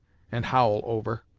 and howl over.